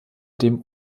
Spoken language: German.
dem